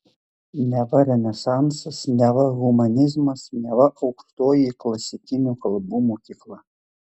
neva renesansas neva humanizmas neva aukštoji klasikinių kalbų mokykla